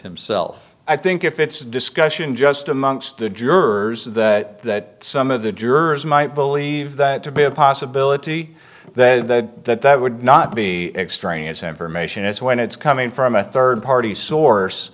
himself i think if it's discussion just amongst the jurors that some of the jurors might believe that to be a possibility that that would not be extraneous information is when it's coming from a third party source